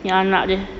ni anak dia